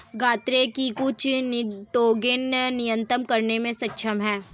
गन्ने की कुछ निटोगेन नियतन करने में सक्षम है